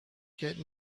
get